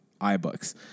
iBooks